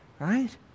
Right